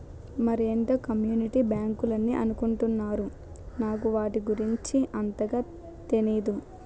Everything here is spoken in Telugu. మరేటో కమ్యూనిటీ బ్యాంకులని అనుకుంటున్నారు నాకు వాటి గురించి అంతగా తెనీదు